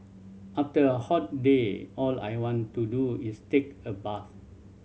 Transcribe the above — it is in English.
after a hot day all I want to do is take a bath